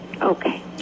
okay